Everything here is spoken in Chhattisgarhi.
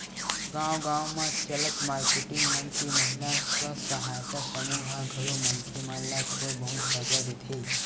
गाँव गाँव म चलत मारकेटिंग मन के महिला स्व सहायता समूह ह घलो मनखे मन ल थोर बहुत करजा देथे